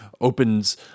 opens